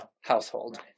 household